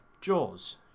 Jaws